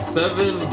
seven